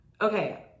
okay